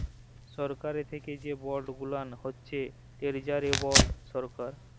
সরকারি থ্যাকে যে বল্ড গুলান হছে টেরজারি বল্ড সরকার